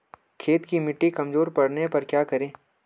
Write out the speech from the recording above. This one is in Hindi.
खेत की मिटी कमजोर पड़ने पर क्या करें?